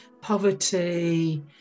poverty